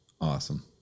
Awesome